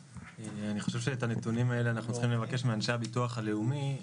אני חושב שאת הנתונים האלה אנחנו צריכים לבקש מאנשי הביטוח הלאומי.